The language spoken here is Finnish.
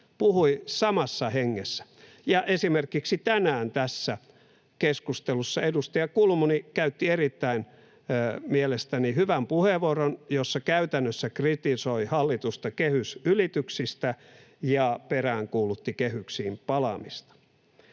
puhui samassa hengessä, ja esimerkiksi tänään tässä keskustelussa edustaja Kulmuni käytti mielestäni erittäin hyvän puheenvuoron, jossa käytännössä kritisoi hallitusta kehysylityksistä ja peräänkuulutti kehyksiin palaamista.